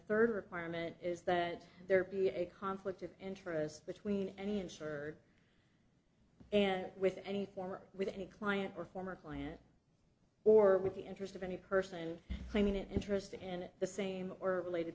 third requirement is that there be a conflict of interest between any insured and with any form or with any client or former client or with the interest of any person claiming it interested in it the same or related